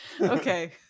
Okay